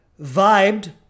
vibed